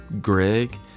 Greg